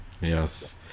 Yes